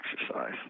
exercise